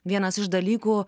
vienas iš dalykų